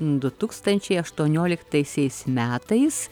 du tūkstančiai aštuonioliktaisiais metais